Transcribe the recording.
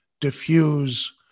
diffuse